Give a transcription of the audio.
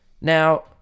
now